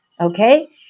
Okay